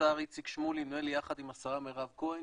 שהשר איציק שמולי, נדמה לי יחד עם השרה מירב כהן,